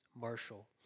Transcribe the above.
Marshall